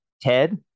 Ted